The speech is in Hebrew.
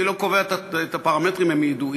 אני לא קובע את הפרמטרים, הם ידועים.